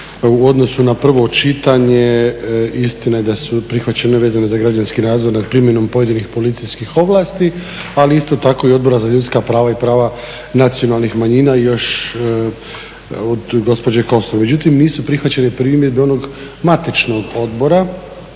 u odnosu na prvo čitanje, istina da su prihvaćene vezane za građanski nadzor nad primjenom pojedinih policijskih ovlasti ali isto tako i Odbora za ljudska prava i prava nacionalnih manjina još od gospođe Kosor. Međutim, nisu prihvaćene primjedbe onog matičnog odbora,